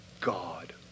God